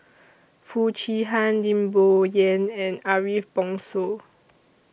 Foo Chee Han Lim Bo Yam and Ariff Bongso